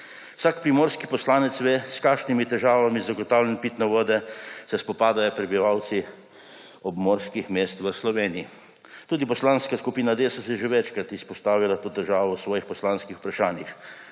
Vsak primorski poslanec ve, s kakšnimi težavami pri zagotavljanju pitne vode se spopadajo prebivalci obmorskih mest v Sloveniji. Tudi Poslanska skupina Desus je že večkrat izpostavila to težavo v svojih poslanskih vprašanjih.